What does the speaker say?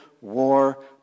war